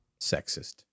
Sexist